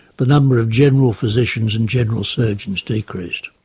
the number of general physicians, and general surgeons decreased.